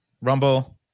Rumble